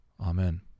Amen